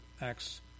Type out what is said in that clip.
Acts